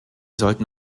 sollten